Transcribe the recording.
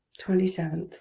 twenty seven.